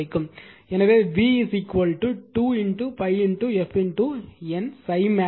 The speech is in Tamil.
எனவே v 2 pi f N ∅max cos t